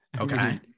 Okay